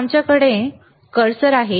वर आमच्याकडे कर्सर आहे